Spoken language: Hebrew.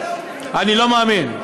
אני לא מאמין.